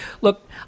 look